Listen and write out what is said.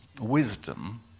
wisdom